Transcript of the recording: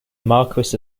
marquis